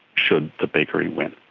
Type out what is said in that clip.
should the bakery win.